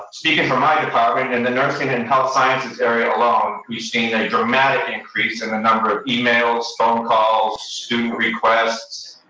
speaking from my department, in the nursing and health sciences area alone, we've seen a dramatic increase in the number of emails, phone calls, student requests.